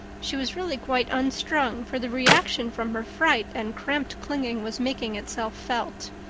she was really quite unstrung, for the reaction from her fright and cramped clinging was making itself felt.